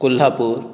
Kolhapur